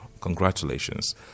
congratulations